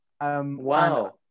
Wow